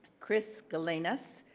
chris gelinas,